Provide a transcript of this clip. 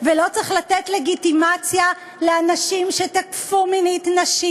ולא צריך לתת לגיטימציה לאנשים שתקפו מינית נשים,